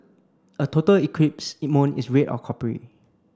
a total eclipse moon is red or coppery